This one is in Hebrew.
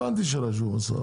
הבנתי שלאישור השרה.